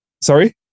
Sorry